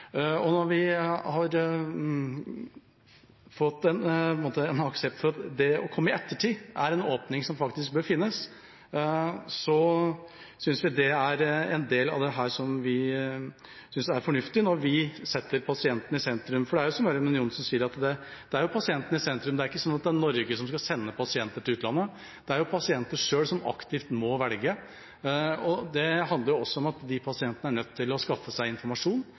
med. Når vi har fått aksept for at det å komme i ettertid er en åpning som faktisk bør finnes, synes vi en del av dette er fornuftig. For det er jo som Ørmen Johnsen sier: Det er pasienten som er i sentrum – det er ikke Norge som skal sende pasienter til utlandet, det er pasientene selv som aktivt må velge. Det handler også om at pasientene er nødt til å skaffe seg informasjon